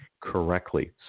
correctly